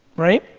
right,